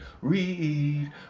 read